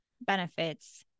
benefits